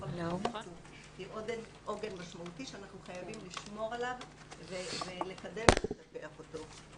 היא עוגן משמעותי שאנחנו חייבים לשמור עליו ולקדם ולטפח אותו.